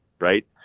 Right